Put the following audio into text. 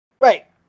Right